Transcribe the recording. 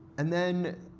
and then,